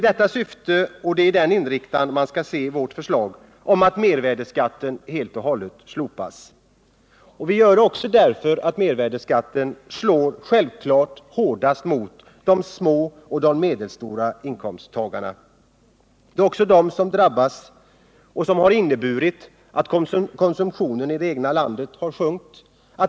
Det är med den inriktningen som bakgrund man skall se vårt förslag om att mervärdeskatten helt och hållet slopas. Vi lägger fram det förslaget också därför att mervärdeskatten självfallet slår hårdast mot inkomsttagare med små och medelstora inkomster. Det har inneburit att konsumtionen i det egna landet har sjunkit.